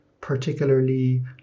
particularly